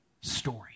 story